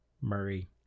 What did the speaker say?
Murray